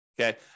Okay